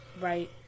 Right